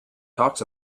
talks